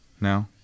now